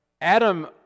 Adam